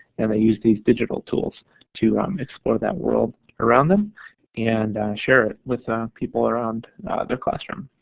and i used these digital tools to um explore that world around them and share it with people around their classroom.